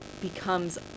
becomes